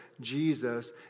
Jesus